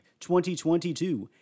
2022